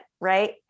right